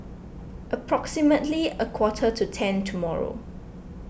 approximately a quarter to ten tomorrow